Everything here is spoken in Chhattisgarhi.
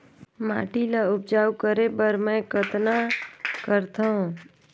माटी ल उपजाऊ करे बर मै कतना करथव?